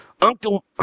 Uncle